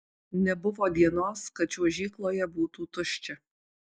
nebuvo dienos kad čiuožykloje būtų tuščia